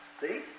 See